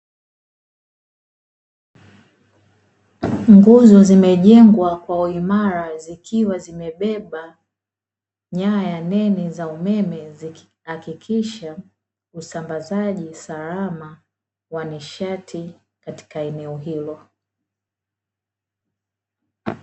Nguzo zimejengwa kwa uimara zikiwa zimebeba nyaya nene za umeme, zikihakikisha usambazaji salama wa nishati katika eneo hilo.